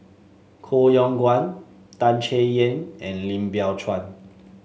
Koh Yong Guan Tan Chay Yan and Lim Biow Chuan